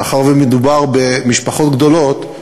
מאחר שמדובר במשפחות גדולות,